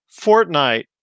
Fortnite